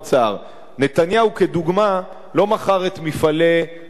נתניהו, לדוגמה, לא מכר את "מפעלי ים-המלח".